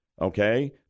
okay